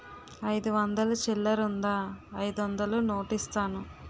అయిదు వందలు చిల్లరుందా అయిదొందలు నోటిస్తాను?